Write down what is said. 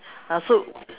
uh so